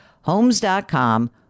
Homes.com